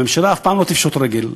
הממשלה אף פעם לא תפשוט רגל,